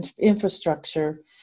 infrastructure